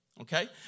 Okay